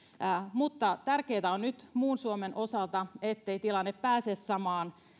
mutta tärkeää on nyt muun suomen osalta ettei tilanne pääse samaan